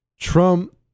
Trump